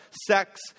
sex